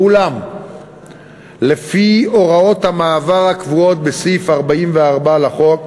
אולם לפי הוראות המעבר הקבועות בסעיף 44 לחוק,